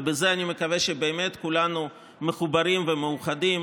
ובזה אני מקווה שבאמת כולנו מחוברים ומאוחדים,